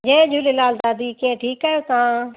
जय झूलेलाल दादी कीअं ठीकु आहियो तव्हां